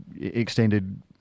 extended